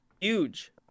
Huge